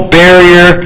barrier